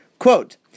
Quote